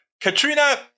Katrina